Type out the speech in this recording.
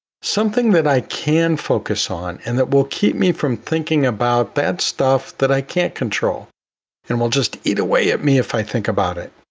something that i can focus on and that will keep me from thinking about bad stuff that i can't control and will just eat away at me if i think about it.